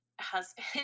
husband